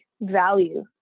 value